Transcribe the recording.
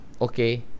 okay